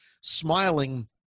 smiling